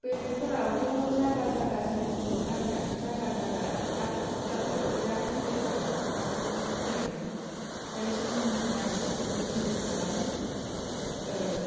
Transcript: बेलेगफोरावथ' जायगा जायगा जोंनि बर' हारियाथ' जायगा जायगा खाथिक फुजाखौ बिराद गिदिर खालामो बाथौ फुजायावनो ओमफ्राय जोंनि गामियावबो गिदिर खालामो